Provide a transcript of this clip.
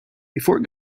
before